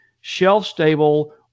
shelf-stable